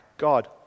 god